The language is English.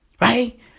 right